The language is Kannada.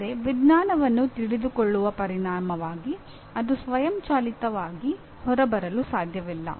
ಆದರೆ ವಿಜ್ಞಾನವನ್ನು ತಿಳಿದುಕೊಳ್ಳುವ ಪರಿಣಾಮವಾಗಿ ಅದು ಸ್ವಯಂಚಾಲಿತವಾಗಿ ಹೊರಬರಲು ಸಾಧ್ಯವಿಲ್ಲ